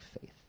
faith